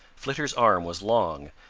flitter's arm was long,